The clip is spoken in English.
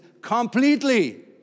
completely